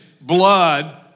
blood